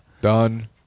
Done